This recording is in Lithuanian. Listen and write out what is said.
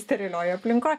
sterilioj aplinkoj